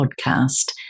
Podcast